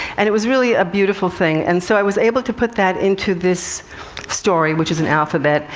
and it was really a beautiful thing. and so, i was able to put that into this story, which is an alphabet,